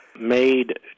made